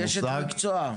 היא אשת מקצוע,